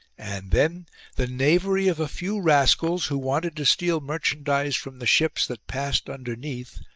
and then the knavery of a few rascals, who wanted to steal merchandise from the ships that passed under neath,